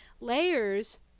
layers